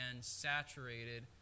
saturated